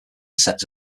sets